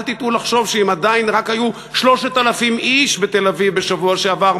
אל תטעו לחשוב שאם עדיין היו רק 3,000 איש בתל-אביב בשבוע שעבר,